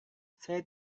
saya